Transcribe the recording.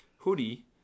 Hoodie